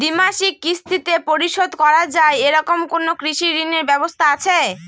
দ্বিমাসিক কিস্তিতে পরিশোধ করা য়ায় এরকম কোনো কৃষি ঋণের ব্যবস্থা আছে?